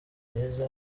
myiza